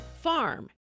farm